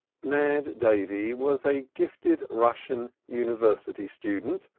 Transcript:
mad davy was a gifted russian university student,